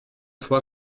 fois